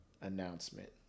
announcement